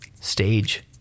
Stage